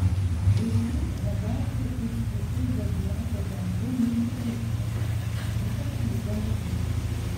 vėžys labiausiai iš visų zodiako ženklų myli maistą ypač jį gaminti